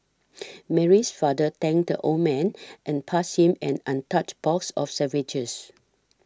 Mary's father thanked the old man and passed him an untouched box of sandwiches